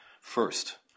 first